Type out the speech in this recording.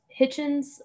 Hitchens